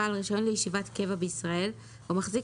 בעל רישיון לישיבת קבע בישראל או מחזיק